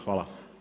Hvala.